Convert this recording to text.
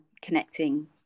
connecting